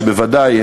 שבוודאי,